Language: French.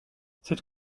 cette